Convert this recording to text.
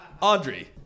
Audrey